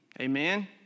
Amen